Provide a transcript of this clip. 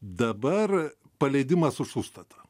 dabar paleidimas už užstatą